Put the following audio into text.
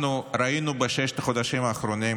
אנחנו ראינו בששת החודשים האחרונים